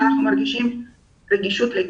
למשל,